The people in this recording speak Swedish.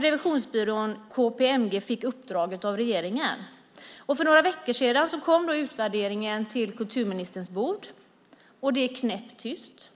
Revisionsbyrån KPMG fick uppdraget av regeringen. För några veckor sedan kom utvärderingen till kulturministerns bord. Det är knäpptyst.